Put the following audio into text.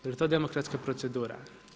Je li to demokratska procedura?